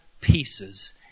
pieces